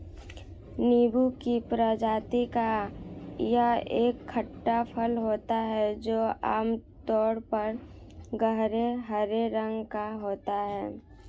नींबू की प्रजाति का यह एक खट्टा फल होता है जो आमतौर पर गहरे हरे रंग का होता है